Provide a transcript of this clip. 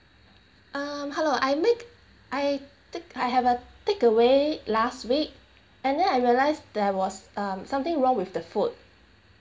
um hello I make I take I have a takeaway last week and then I realize there was um something wrong with the food